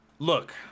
Look